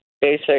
basic